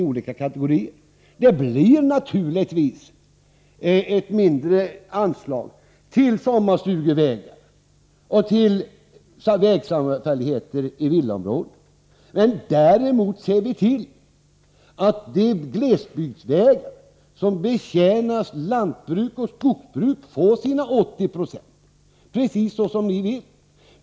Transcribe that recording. Naturligtvis innebär förslaget att mindre pengar anslås till sommarstugevägar och till vägsamfälligheter i villaområ den. Men å andra sidan ser vi till att de glesbygdsvägar som betjänar lantbruket och skogsbruket får sina 80 6 — precis som ni vill.